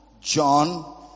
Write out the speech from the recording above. John